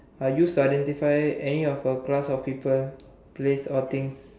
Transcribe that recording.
are used to identify any of a class of people place or things